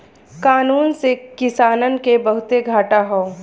कानून से किसानन के बहुते घाटा हौ